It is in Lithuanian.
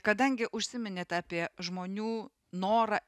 kadangi užsiminėt apie žmonių norą